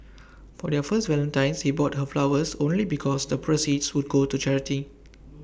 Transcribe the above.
for their first Valentine's he bought her flowers only because the proceeds would go to charity